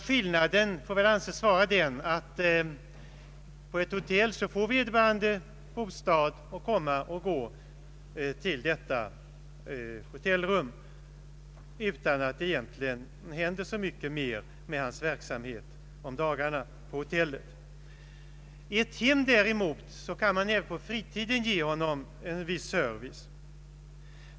Skillnaden måste anses vara den att på ett hotell kan vederbörande komma och gå till sitt hotellrum utan att det egentligen händer så mycket mer med hans verksamhet. I ett hem däremot kan man även på fritiden ge en viss service.